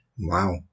Wow